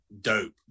dope